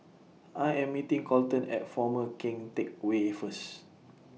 I Am meeting Colton At Former Keng Teck Whay First